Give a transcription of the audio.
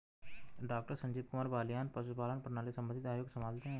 doctor Sanjeev Kumar Baliyan पशुपालन प्रणाली संबंधित आयोग संभालते हैं